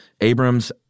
Abrams